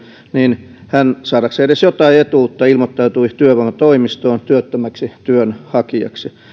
niin hän saadakseen edes jotain etuutta ilmoittautui työvoimatoimistoon työttömäksi työnhakijaksi hän